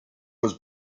was